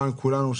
למען כולנו,